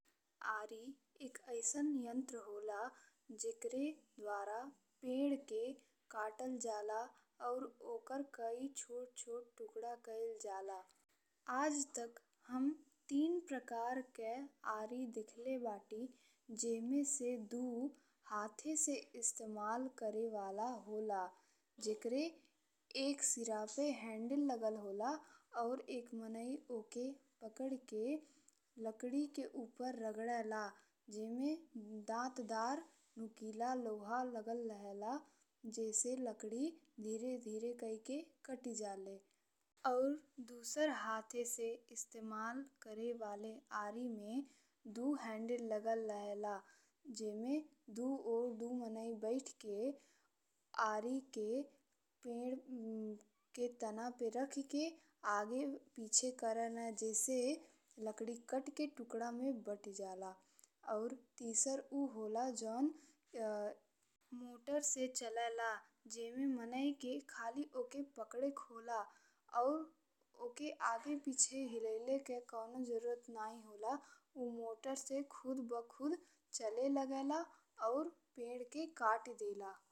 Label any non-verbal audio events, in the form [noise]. आरि एक अइसन यंत्र होला जेकरे द्वारा पेड़ के कतल जाला और ओकर कई छोट छोट टुकड़ा कइल जाला। आज तक हम तीन प्रकार के आरि देखले बानी जेमे से दू हाथे से इस्तेमाल करे वाला होला [noise] जेकर एक सीरा पे हैंडल लागल होला। और एक माने ओकर पकड़ी के लकड़ी के ऊपर रगड़ेला जेमे दांतदार नुकीला लोहा लागल रहेला। जइ से लकड़ी धीरे-धीरे कइ के काटी जाले और दुसर हाथे से इस्तेमाल करे वाले आरि में दू हैंडल लागल रहेला जेमे दू ओर दू माने बइठी के [hesitation] आरि के पेड़ [hesitation] के तना पे राखी के आगे पीछे करेले। जइसे लकड़ी काटी के टुकड़ा में बटी जाला और तीसरे उ होला जौन आ मोटर से चलेला जेमे माने के खाली ओकर पकड़ेके होला और ओकर आगे पीछे हिलाएले के कोनो जरूरत नहीं होला। उ मोटर से खुद बखुद चले लागेला और पेड़ के काटी देला।